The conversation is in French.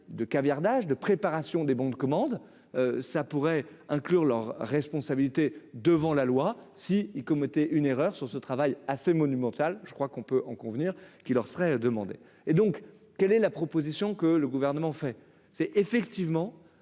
de caviardage de préparation des bons de commande, ça pourrait inclure leur responsabilité devant la loi, si il commettait une erreur sur ce travail ah monumental, je crois qu'on peut en convenir qu'il leur serait demandé et donc quelle est la proposition que le gouvernement fait